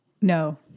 No